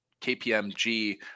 KPMG